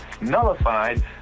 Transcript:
nullified